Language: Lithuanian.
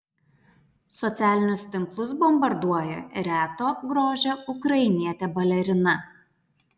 socialinius tinklus bombarduoja reto grožio ukrainietė balerina